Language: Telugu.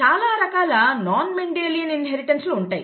చాలా రకాల నాన్ మెండిలియన్ ఇన్హెరిటెన్స్ లు ఉంటాయి